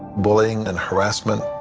bullying and harassment.